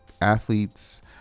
athletes